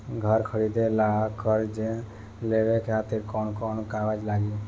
घर खरीदे ला कर्जा लेवे खातिर कौन कौन कागज लागी?